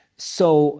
so